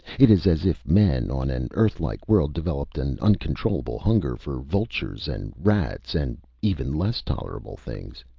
it is as if men on an earth-like world develop an uncontrollable hunger for vultures and rats and even less tolerable things.